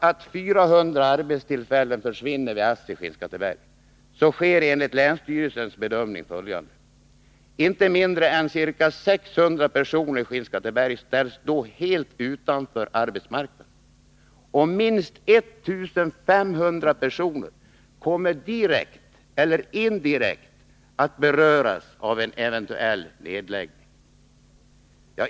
Om 400 arbetstillfällen försvinner vid ASSI i Skinnskatteberg, sker enligt länsstyrelsens bedömning följande: Inte mindre än ca 600 personer i Skinnskatteberg ställs då helt utanför arbetsmarknaden, och minst 1 500 personer kommer direkt eller indirekt att beröras av en eventuell nedläggning.